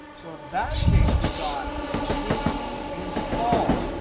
so in that case we got true and false.